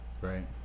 right